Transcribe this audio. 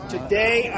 Today